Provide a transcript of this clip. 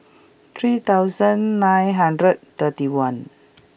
three thousand nine hundred thirty one